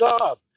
job